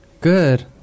Good